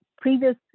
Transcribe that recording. previous